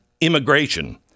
immigration